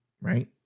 right